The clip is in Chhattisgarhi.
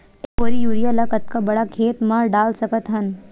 एक बोरी यूरिया ल कतका बड़ा खेत म डाल सकत हन?